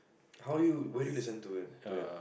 how do you why do you listen to them to them